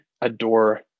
adore